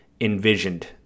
envisioned